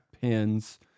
Pins